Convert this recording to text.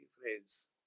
Friends